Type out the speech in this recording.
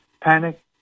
panic